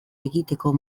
egiteko